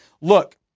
look